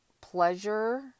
pleasure